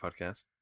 podcast